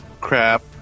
crap